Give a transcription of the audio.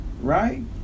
right